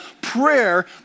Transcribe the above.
prayer